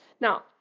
Now